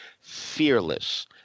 fearless